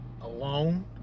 alone